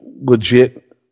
legit